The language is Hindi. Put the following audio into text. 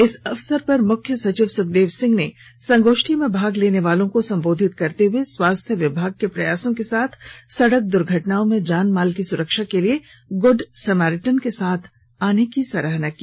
इस अवसर पर मुख्य सचिव सुखदेव सिंह ने संगोष्ठी में भाग लेने वालों को संबोधित करते हुए स्वास्थ्य विभाग के प्रयासों के साथ सड़क दुर्घटनाओं में जानमाल की सुरक्षा के लिए गुड समेरिटन के साथ आने की सराहना की